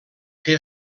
que